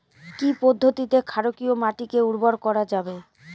কি পদ্ধতিতে ক্ষারকীয় মাটিকে উর্বর করা যাবে?